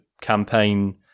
campaign